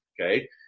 Okay